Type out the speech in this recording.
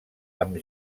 amb